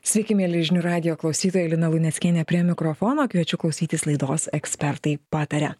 sveiki mieli žinių radijo klausytojai lina luneckienė prie mikrofono kviečiu klausytis laidos ekspertai pataria